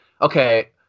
okay